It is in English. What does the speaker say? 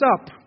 up